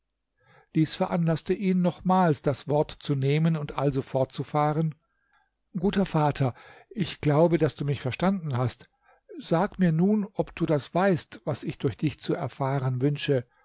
dies veranlaßte ihn nochmals das wort zu nehmen und also fortzufahren guter vater ich glaube daß du mich verstanden hast sag mir nun ob du das weißt was ich durch dich zu erfahren wünsche